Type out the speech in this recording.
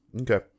Okay